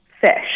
fish